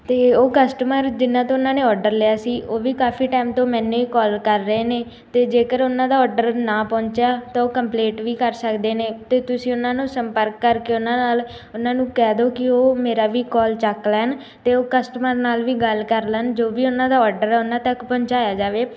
ਅਤੇ ਉਹ ਕਸਟਮਰ ਜਿੰਨ੍ਹਾਂ ਤੋਂ ਉਨ੍ਹਾਂ ਨੇ ਓਡਰ ਲਿਆ ਸੀ ਉਹ ਵੀ ਕਾਫ਼ੀ ਟੈਮ ਤੋਂ ਮੈਨੂੰ ਹੀ ਕੌਲ ਰਹੇ ਨੇ ਅਤੇ ਜੇਕਰ ਉਨ੍ਹਾਂ ਦਾ ਓਡਰ ਨਾ ਪਹੁੰਚਿਆ ਤਾਂ ਉਹ ਕੰਪਲੇਟ ਵੀ ਕਰ ਸਕਦੇ ਨੇ ਅਤੇ ਤੁਸੀਂ ਉਹਨਾਂ ਨੂੰ ਸੰਪਰਕ ਕਰਕੇ ਉਹਨਾਂ ਨਾਲ ਉਨ੍ਹਾਂ ਨੂੰ ਕਹਿ ਦਿਓ ਕਿ ਉਹ ਮੇਰਾ ਵੀ ਕੌਲ ਚੁੱਕ ਲੈਣ ਅਤੇ ਉਹ ਕਸਟਮਰ ਨਾਲ ਵੀ ਗੱਲ ਕਰ ਲੈਣ ਜੋ ਵੀ ਉਨ੍ਹਾਂ ਦਾ ਓਡਰ ਹੈ ਉਨ੍ਹਾਂ ਤੱਕ ਪਹੁੰਚਾਇਆ ਜਾਵੇ